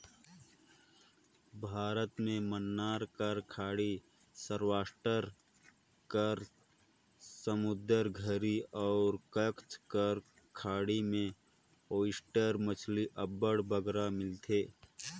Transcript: भारत में मन्नार कर खाड़ी, सवरास्ट कर समुंदर घरी अउ कच्छ कर खाड़ी में ओइस्टर मछरी अब्बड़ बगरा मिलथे